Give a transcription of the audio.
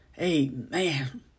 Amen